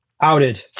Outed